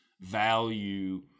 value